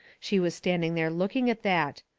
she was standing there looking at that.